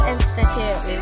Institute